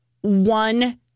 one